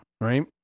right